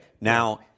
now